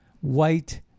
white